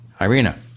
Irina